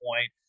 point